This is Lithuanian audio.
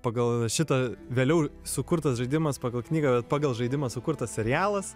pagal šitą vėliau sukurtas žaidimas pagal knygą pagal žaidimą sukurtas serialas